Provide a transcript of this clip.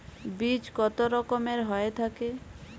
বীজ কত রকমের হয়ে থাকে?